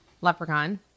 Leprechaun